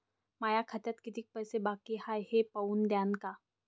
माया खात्यात कितीक पैसे बाकी हाय हे पाहून द्यान का?